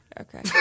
Okay